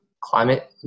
climate